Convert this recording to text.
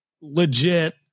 legit